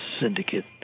syndicate